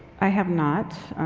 i have not.